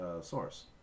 source